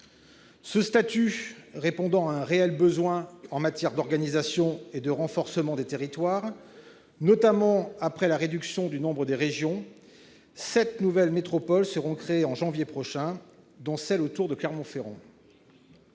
Ce statut répondant à un réel besoin en matière d'organisation et de renforcement des territoires, notamment après la réduction du nombre des régions, sept nouvelles métropoles seront créées en janvier prochain, dont celle autour de Clermont-Ferrand.